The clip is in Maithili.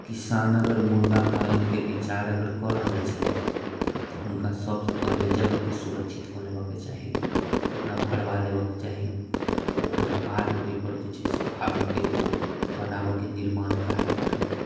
किसान अगर मुर्गा पालनके विचार अगर कऽ रहल छथि तऽ हुनका सबसँ पहिले जगहके सुरक्षित कऽ लेबऽके चाही ओकरा भरबा लेबऽके चाही ओकर बाद ओइपर जे छै से फार्म ओ बनाबऽके निर्माण कार्य करथु